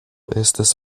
estas